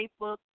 Facebook